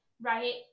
right